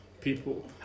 people